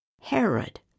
Herod